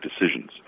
decisions